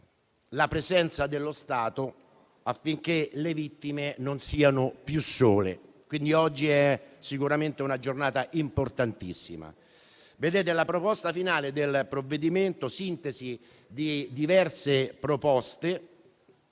la presenza dello Stato affinché le vittime non siano più sole. Oggi è quindi sicuramente una giornata importantissima. La proposta finale del provvedimento, sintesi di diverse proposte